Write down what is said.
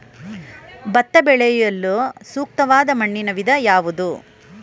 ಭತ್ತ ಬೆಳೆಯಲು ಸೂಕ್ತವಾದ ಮಣ್ಣಿನ ವಿಧ ಯಾವುದು?